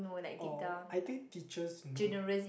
or I think teachers know